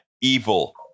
evil